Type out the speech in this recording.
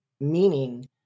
meaning